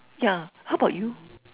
yeah how about you